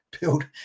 build